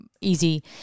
easy